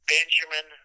Benjamin